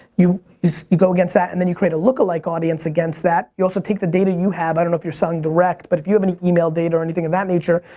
you you so go against that, and then you create a look a like audience against that. you also take the data you have. i don't know if you're selling direct, but if you have any email data or anything of that nature,